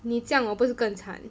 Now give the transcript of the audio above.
你这样我不是更惨